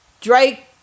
Drake